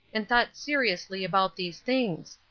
and thought seriously about these things.